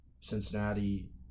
Cincinnati